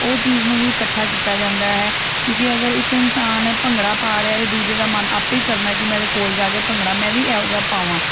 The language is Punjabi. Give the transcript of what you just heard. ਉਹ ਚੀਜ਼ ਨੂੰ ਵੀ ਇਕੱਠਾ ਕੀਤਾ ਜਾਂਦਾ ਹੈ ਕਿਉਂਕਿ ਅਗਰ ਇੱਕ ਇਨਸਾਨ ਭੰਗੜਾ ਪਾ ਰਿਹਾ ਅਤੇ ਦੂਜੇ ਦਾ ਮਨ ਆਪੇ ਕਰਨਾ ਕਿ ਮੈਂ ਇਹਦੇ ਕੋਲ ਜਾ ਕੇ ਭੰਗੜਾ ਮੈਂ ਵੀ ਇਹੋ ਜਿਹਾ ਪਾਵਾਂ